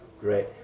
Great